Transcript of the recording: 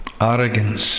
arrogance